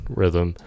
rhythm